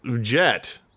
jet